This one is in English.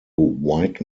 white